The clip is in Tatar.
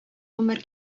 гомер